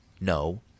No